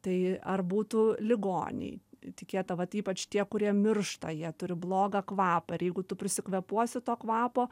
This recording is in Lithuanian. tai ar būtų ligoniai tikėta kad ypač tie kurie miršta jie turi blogą kvapą ir jeigu tu prisikvėpuosi to kvapo